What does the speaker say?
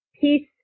Peace